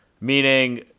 Meaning